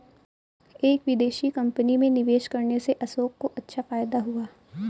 एक विदेशी कंपनी में निवेश करने से अशोक को अच्छा फायदा हुआ